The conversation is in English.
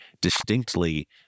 distinctly